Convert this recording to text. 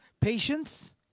patience